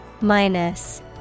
Minus